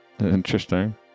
Interesting